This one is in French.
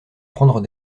prendre